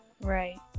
right